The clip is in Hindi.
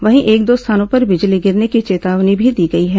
वहीं एक दो स्थानों पर बिजली गिरने की चेतावनी भी दी गई है